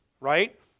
right